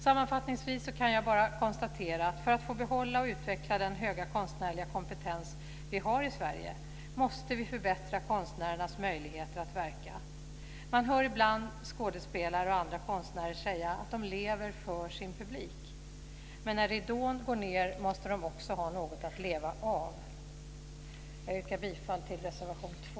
Sammanfattningsvis kan jag bara konstatera att för att få behålla och utveckla den höga konstnärliga kompetens vi har i Sverige måste vi förbättra konstnärernas möjligheter att verka. Man hör ibland skådespelare och andra konstnärer säga att de lever för sin publik. Men när ridån går ned måste de också ha något att leva av. Jag yrkar bifall till reservation 2.